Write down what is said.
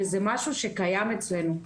וזה משהו שקיים אצלנו.